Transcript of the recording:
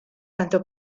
tanto